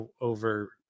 over